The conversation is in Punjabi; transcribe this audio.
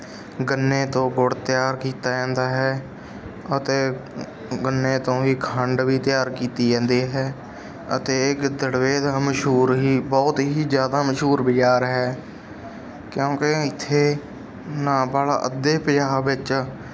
ਗੰਨੇ ਤੋਂ ਗੁੜ ਤਿਆਰ ਕੀਤਾ ਜਾਂਦਾ ਹੈ ਅਤੇ ਗੰਨੇ ਤੋਂ ਵੀ ਖੰਡ ਵੀ ਤਿਆਰ ਕੀਤੀ ਜਾਂਦੀ ਹੈ ਅਤੇ ਗਿੱਦੜਵੇ ਮਸ਼ਹੂਰ ਹੀ ਬਹੁਤ ਹੀ ਜ਼ਿਆਦਾ ਮਸ਼ਹੂਰ ਬਜ਼ਾਰ ਹੈ ਕਿਉਂਕਿ ਇੱਥੇ ਨਾ ਬਾਹਲਾ ਅੱਧੇ ਪੰਜਾਬ ਵਿੱਚ